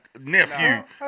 nephew